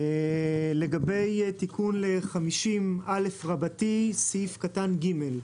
לגבי תיקון ל-50א סעיף קטן (ג).